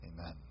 Amen